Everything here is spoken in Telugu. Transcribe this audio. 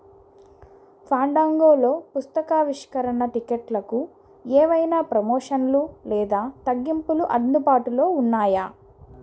ఫాండన్గోలో పుస్తక ఆవిష్కరణ టికెట్లకు ఏవైనా ప్రమోషన్లు లేదా తగ్గింపులు అందుబాటులో ఉన్నాయా